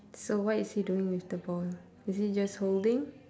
so what is he doing with the ball is he just holding